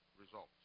results